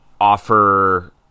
offer